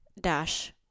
dash